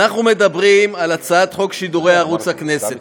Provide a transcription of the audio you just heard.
אנחנו מדברים על הצעת חוק שידורי ערוץ הכנסת.